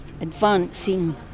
advancing